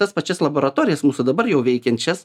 tas pačias laboratorijas mūsų dabar jau veikiančias